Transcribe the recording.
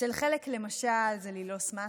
אצל חלק זה ללעוס מסטיק,